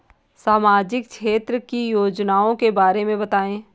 सामाजिक क्षेत्र की योजनाओं के बारे में बताएँ?